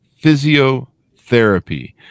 Physiotherapy